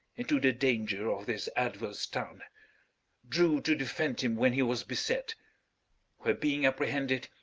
into the danger of this adverse town drew to defend him when he was beset where being apprehended,